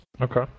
okay